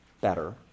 better